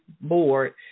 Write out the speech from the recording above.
board